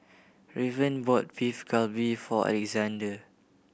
Raven bought Beef Galbi for Alexandr